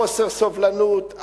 חוסר סובלנות,